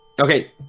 Okay